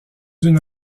une